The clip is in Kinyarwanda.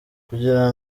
kugira